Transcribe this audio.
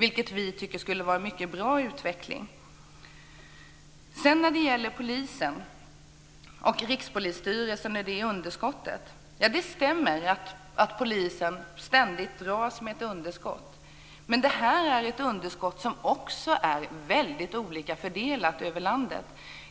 Det tycker vi skulle vara en mycket bra utveckling. När det gäller polisen, Rikspolisstyrelsen och underskottet stämmer det att polisen ständigt dras med underskott. Men det här är ett underskott som också är mycket olika fördelat över landet.